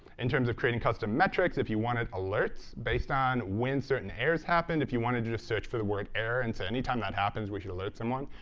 in terms of creating custom metrics. if you wanted alerts based on when certain errors happened, if you want to just search for the word error and say anytime that happens we should alert someone.